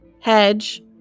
Hedge